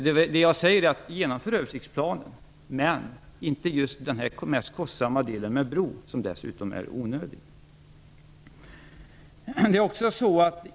Min uppfattning är att man skall genomföra översiktsplanen, men inte just den mest kostsamma delen med bron som dessutom är onödig.